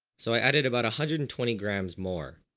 so i added about a hundred and twenty grams more.